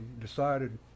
decided